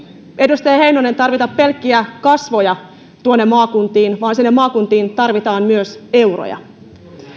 edustaja heinonen tarvita pelkkiä kasvoja maakuntiin vaan sinne maakuntiin tarvitaan myös euroja